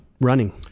running